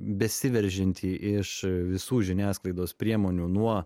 besiveržiantį iš visų žiniasklaidos priemonių nuo